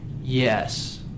Yes